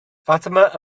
fatima